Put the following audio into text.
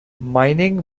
mining